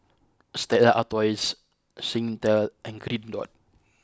Stella Artois Singtel and Green Dot